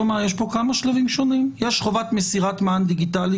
יש פה כמה שלבים שונים: יש חובת מסירת מען דיגיטלי,